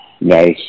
Nice